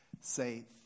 say